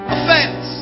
Offense